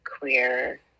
queer